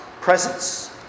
presence